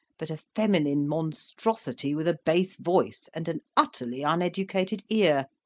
but a feminine monstrosity with a bass voice and an utterly uneducated ear.